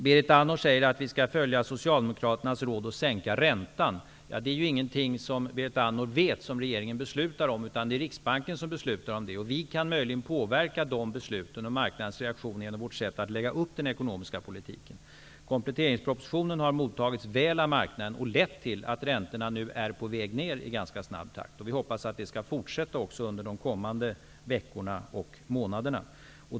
Berit Andnor säger att vi skall följa Socialdemokraternas råd att sänka räntan. Det är, som Berit Andnor vet, inget som regeringen beslutar om. Det är Riksbanken som beslutar om det. Vi kan möjligen påverka de besluten och marknadens reaktion genom vårt sätt att lägga upp den ekonomiska politiken. Kompletteringspropositionen har mottagits väl av marknaden och lett till att räntorna nu är på väg ner i ganska snabb takt. Vi hoppas att den utvecklingen skall fortsätta också under de kommande veckorna och månaderna.